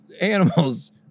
animals